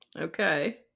Okay